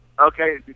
Okay